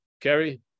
Kerry